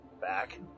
back